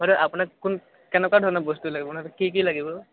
বাইদেউ আপোনাক কোন কেনেকুৱা ধৰণৰ বস্তু লাগিবনো কি কি লাগিব